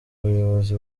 buyobozi